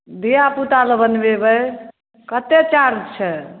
धिआ पूता लऽ बनबेबै कते चार्ज छै